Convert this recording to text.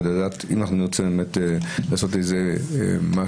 כדי לדעת אם נרצה באמת לעשות איזה משהו,